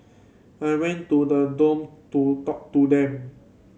I went to the dorm to talk to them